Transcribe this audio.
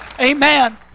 Amen